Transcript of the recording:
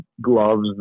gloves